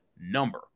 number